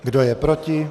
Kdo je proti?